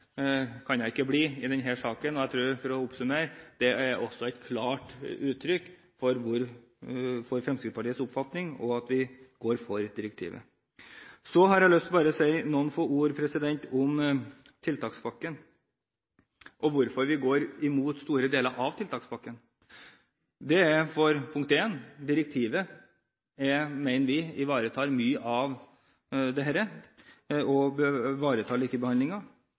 kan jeg ikke bli i denne saken! For å oppsummere: Jeg tror det også er et klart uttrykk for Fremskrittspartiets oppfatning. Vi går for direktivet. Så har jeg bare lyst til å si noen få ord om tiltakspakken og om hvorfor vi går imot store deler av den. Det er fordi direktivet, mener vi, ivaretar likebehandlingen. Når det